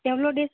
எவ்வளோ டேஸ்